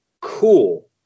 cool